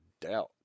doubt